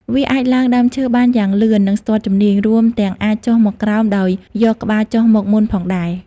វាអាចឡើងដើមឈើបានយ៉ាងលឿន និងស្ទាត់ជំនាញ រួមទាំងអាចចុះមកក្រោមដោយយកក្បាលចុះមកមុនផងដែរ។